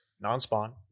non-spawn